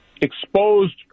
exposed